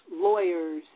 lawyers